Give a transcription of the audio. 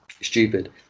stupid